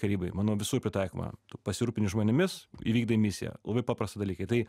karybai manau visur pritaikoma pasirūpini žmonėmis įvykdai misiją labai paprasti dalykai tai